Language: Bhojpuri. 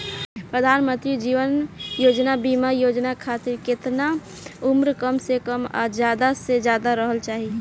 प्रधानमंत्री जीवन ज्योती बीमा योजना खातिर केतना उम्र कम से कम आ ज्यादा से ज्यादा रहल चाहि?